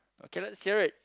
okay let's hear it